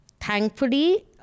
thankfully